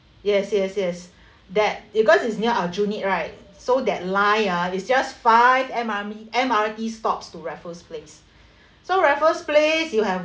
yes yes yes that because it's near aljunied right so that line ah is just five M_R_T stops to raffles place so raffles place you have